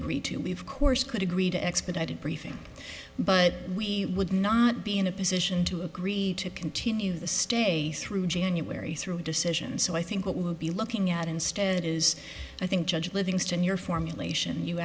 agree to we've course could agree to expedited briefing but we would not be in a position to agree to continue the stay through january through decision so i think what we'll be looking at instead is i think judge livingston your formulation you